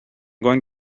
going